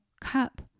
cup